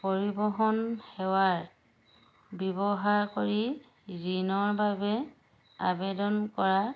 পৰিৱহণ সেৱাৰ ব্যৱহাৰ কৰি ঋণৰ বাবে আবেদন কৰা